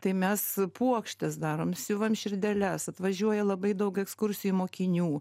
tai mes puokštes darom siuvam širdeles atvažiuoja labai daug ekskursijų mokinių